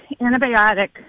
antibiotic